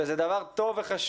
וזה דבר חשוב,